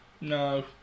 No